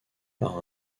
par